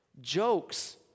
jokes